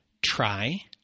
Try